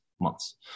months